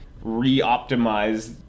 re-optimize